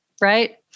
Right